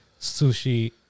Sushi